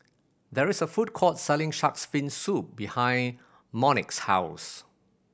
there is a food court selling Shark's Fin Soup behind Monique's house